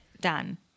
done